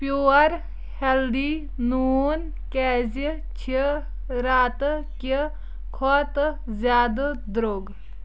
پیٚور healthy نوٗن کیٛازِ چھ راتہٕ کہِ کھۄتہٕ زیادٕ درٛوگ